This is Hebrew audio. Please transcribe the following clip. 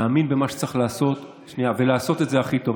להאמין במה שצריך לעשות, ולעשות את זה הכי טוב.